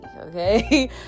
okay